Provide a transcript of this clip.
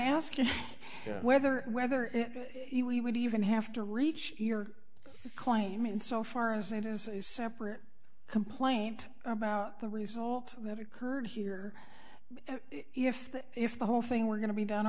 asking whether whether he would even have to reach your claim and so far as it is a separate complaint about the result that occurred here if the if the whole thing were going to be done